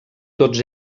tots